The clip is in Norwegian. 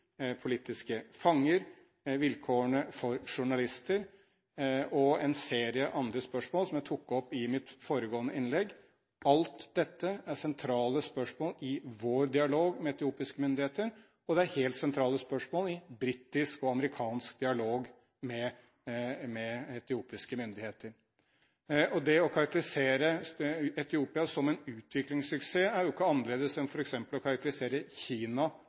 politiske fanger, vilkårene for journalister og en serie andre spørsmål som jeg tok opp i mitt foregående innlegg. Alt dette er sentrale spørsmål i vår dialog med etiopiske myndigheter, og det er helt sentrale spørsmål i britisk og amerikansk dialog med etiopiske myndigheter. Det å karakterisere Etiopia som en utviklingssuksess er jo ikke annerledes enn f.eks. å karakterisere Kina